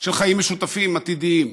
של חיים משותפים עתידיים.